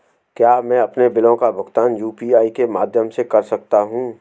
क्या मैं अपने बिलों का भुगतान यू.पी.आई के माध्यम से कर सकता हूँ?